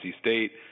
State